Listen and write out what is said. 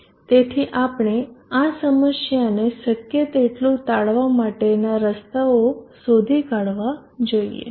તેથી આપણે આ સમસ્યાને શક્ય તેટલું ટાળવા માટેના રસ્તાઓ શોધી કાઢવા જોઈએ